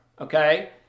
okay